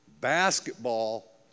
Basketball